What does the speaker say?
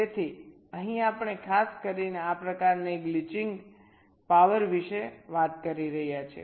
તેથી અહીં આપણે ખાસ કરીને આ પ્રકારની ગ્લિચિંગ પાવર વિશે વાત કરી રહ્યા છીએ